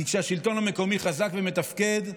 כי כשהשלטון המקומי חזק ומתפקד בעורף,